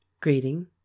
Greeting